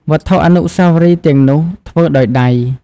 វត្ថុអនុស្សាវរីយ៍ទាំងនោះធ្វើដោយដៃ។